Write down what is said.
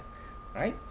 right